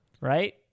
Right